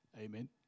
Amen